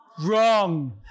Wrong